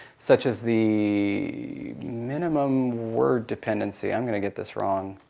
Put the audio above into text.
such as the minimum word dependency. i'm going to get this wrong.